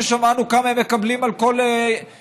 ששמענו כמה הם מקבלים על ישיבה,